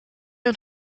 een